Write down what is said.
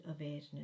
awareness